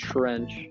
Trench